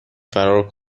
فرار